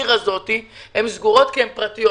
הן סגורות כי הן פרטיות.